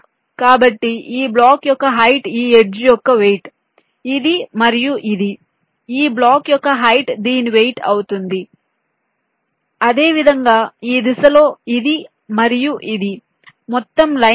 కాబట్టి ఈ బ్లాక్ యొక్క హైట్ ఈ ఎడ్జ్ యొక్క వెయిట్ ఇది మరియు ఇది ఈ బ్లాక్ యొక్క హైట్ దీని వెయిట్ అవుతుంది అదేవిధంగా ఈ దిశలో ఇది మరియు ఇది మొత్తం లైన్ ఉంది